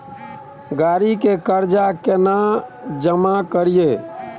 गाड़ी के कर्जा केना जमा करिए?